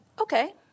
Okay